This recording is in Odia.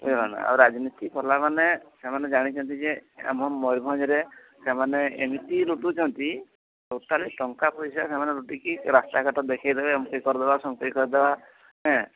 ବୁଝିଲନା ଆଉ ରାଜନୀତି କଲା ମାନେ ସେମାନେ ଜାଣିଛନ୍ତି ଯେ ଆମ ମୟୁରଭଞ୍ଜରେ ସେମାନେ ଏମିତି ଲୁଟୁଛନ୍ତି ଟୋଟାଲ ଟଙ୍କା ପଇସା ସେମାନେ ଲୁଟିକି ରାସ୍ତାଘାଟ ଦେଖେଇ ଦେବେ ଅମକେଇ କରିଦେବା ସମକେଇ କରିଦେବା ହେଁ